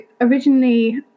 originally